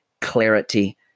clarity